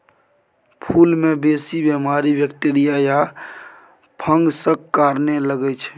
फुल मे बेसी बीमारी बैक्टीरिया या फंगसक कारणेँ लगै छै